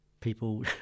people